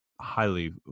highly